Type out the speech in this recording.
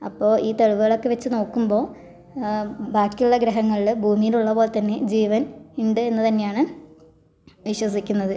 അപ്പോ ഈ തെളിവുകൾ ഒക്കെ വെച്ച് നോക്കുമ്പോ ബാക്കിയുള്ള ഗ്രഹങ്ങളിൽ ഭൂമിയിൽ ഉള്ള പോലെ തന്നെ ജീവൻ ഉണ്ട് എന്ന് തന്നെയാണ് വിശ്വസിക്കുന്നത്